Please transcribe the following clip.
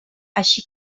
així